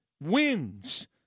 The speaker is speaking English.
wins